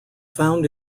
found